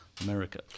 America